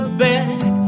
back